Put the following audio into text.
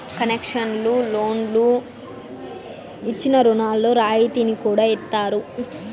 concessional లోన్లు ఇచ్చిన రుణాల్లో రాయితీని కూడా ఇత్తారు